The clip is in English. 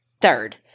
Third